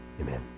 Amen